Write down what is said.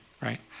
right